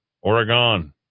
Oregon